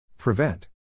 Prevent